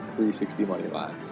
360moneyline